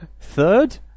third